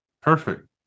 perfect